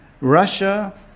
Russia